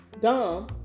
dumb